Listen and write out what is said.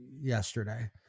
yesterday